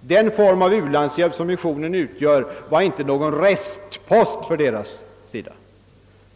Den form av u-landshjälp som missionen utgjorde var inte någon restpost för deras del.